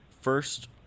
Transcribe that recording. First